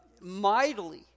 mightily